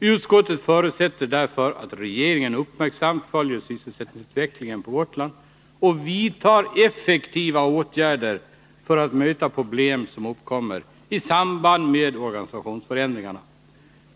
Utskottet förutsätter därför att regeringen uppmärksamt följer sysselsättningsutvecklingen på Gotland och vidtar effektiva åtgärder för att möta problem som uppkommer i samband med organisationsändringarna.